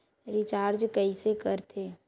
Recharge कइसे कर थे?